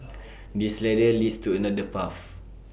this ladder leads to another path